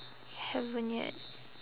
haven't yet